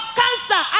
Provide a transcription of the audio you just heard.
cancer